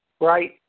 right